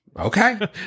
okay